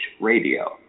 Radio